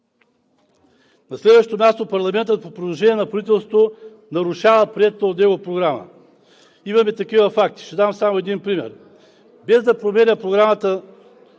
На следващо място, парламентът по предложение на правителството нарушава приетата от него Програма. Имаме такива факти и ще дам само един пример. Без да променя Програмата